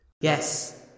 Yes